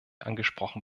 angesprochen